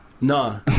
No